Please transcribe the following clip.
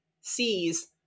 sees